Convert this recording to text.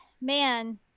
man